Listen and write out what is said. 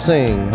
Sing